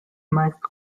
meist